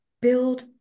Build